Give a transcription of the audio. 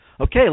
Okay